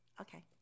Okay